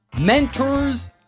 Mentors